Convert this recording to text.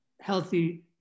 healthy